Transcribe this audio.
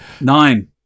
Nine